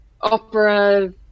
opera